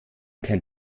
kein